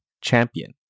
champion